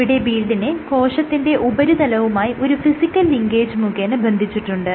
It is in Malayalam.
ഇവിടെ ബീഡിനെ കോശത്തിന്റെ ഉപരിതലവുമായി ഒരു ഫിസിക്കൽ ലിങ്കേജ് മുഖേന ബന്ധിച്ചിട്ടുണ്ട്